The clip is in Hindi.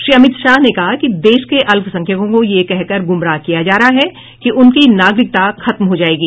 श्री अमित शाह ने कहा है कि देश के अल्पसंख्यकों को यह कहकर गुमराह किया जा रहा है कि उनकी नागरिकता खत्म हो जाएगी